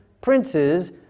princes